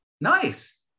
Nice